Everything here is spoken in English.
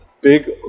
big